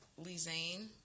Lizane